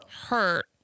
hurt